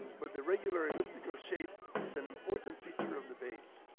but the regular elliptical shape is an important feature of the bays.